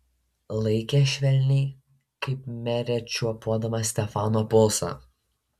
laikė švelniai kaip merė čiuopdama stefano pulsą